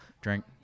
Drink